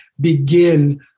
begin